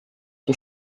die